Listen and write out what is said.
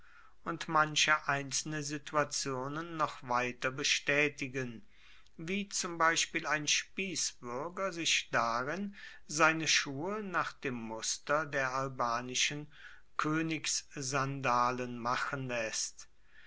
und manche einzelne situationen noch weiter bestaetigen wie zum beispiel ein spiessbuerger sich darin seine schuhe nach dem muster der albanischen koenigssandalen machen laesst